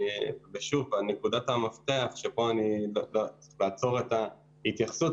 נקודת המפתח שבה אני אעצור את ההתייחסות